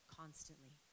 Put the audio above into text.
constantly